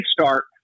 start